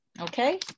Okay